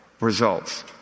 results